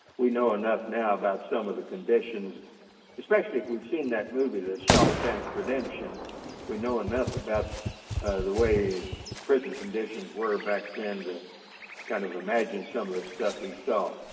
we know enough now about some of the conditions especially we seen that movie the shawshank redemption we know enough about the way prison conditions were back then and kind of imagine some of the stuff he saw.